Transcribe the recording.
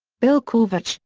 bill kovach,